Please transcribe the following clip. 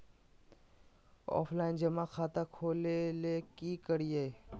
Offline जमा खाता खोले ले की करिए?